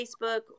Facebook